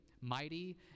mighty